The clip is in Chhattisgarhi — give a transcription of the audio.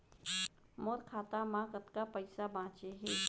मोर खाता मा कतका पइसा बांचे हे?